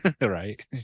right